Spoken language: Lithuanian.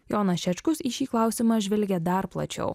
jonas šečkus į šį klausimą žvelgia dar plačiau